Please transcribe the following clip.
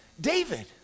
David